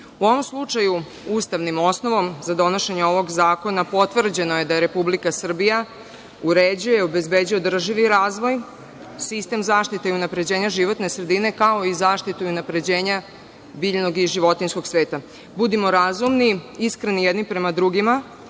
U ovom slučaju ustavnim osnovom za donošenje ovog zakona potvrđeno je da Republika Srbija uređuje i obezbeđuje održivi razvoj, sistem zaštite i unapređenje životne sredine, kao i zaštitu i unapređenje biljnog i životinjskog sveta. Budimo razumni i iskreni jedni prema drugima